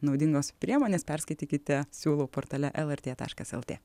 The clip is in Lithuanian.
naudingos priemonės perskaitykite siūlau portale lrt taškas lt